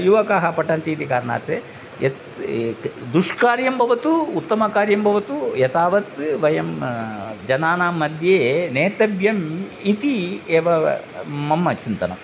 युवकाः पठन्ति इति कारणात् यत् दुष्कार्यं भवतु उत्तमकार्यं भवतु एतावत् वयं जनानांमध्ये नेतव्यम् इति एव मम चिन्तनम्